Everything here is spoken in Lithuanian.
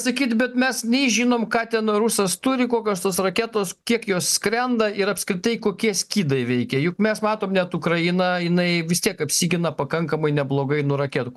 sakyt bet mes nei žinom ką ten rusas turi kokios tos raketos kiek jos skrenda ir apskritai kokie skydai veikia juk mes matom net ukraina jinai vis tiek apsigina pakankamai neblogai nuo raketų